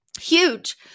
huge